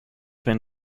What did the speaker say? been